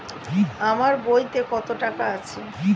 আমার বইতে কত টাকা আছে?